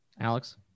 alex